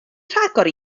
rhagor